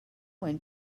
one